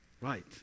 Right